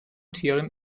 tieren